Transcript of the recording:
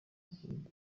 ngo